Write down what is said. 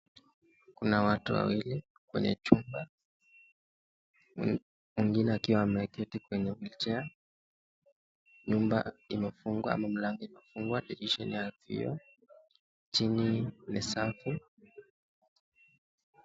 Kuna watu wawili kwenye chumba. Mwingine akiwa ameketi kwenye cs[wheelchair]cs .Nyumba imefungwa na mlango imefungwa dirisha ni ya vioo, chini ni safi.